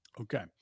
Okay